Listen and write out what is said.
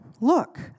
look